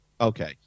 Okay